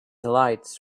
lights